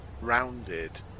rounded